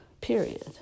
period